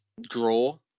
draw